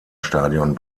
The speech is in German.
stadion